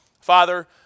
Father